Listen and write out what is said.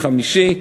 חמישי,